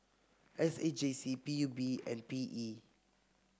S A J C P U B and P E